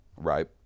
right